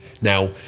Now